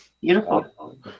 beautiful